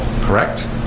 correct